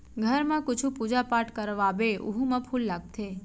घर म कुछु पूजा पाठ करवाबे ओहू म फूल लागथे